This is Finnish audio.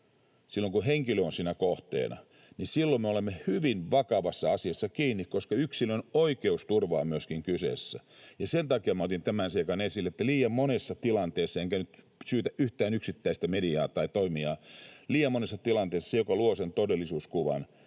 silloin kun henkilö on siinä kohteena, niin silloin me olemme hyvin vakavassa asiassa kiinni, koska myöskin yksilön oikeusturva on kyseessä. Sen takia otin tämän seikan esille, että liian monessa tilanteessa — enkä nyt syytä yhtään yksittäistä mediaa tai toimijaa — se, joka luo sen todellisuuskuvan,